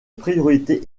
priorité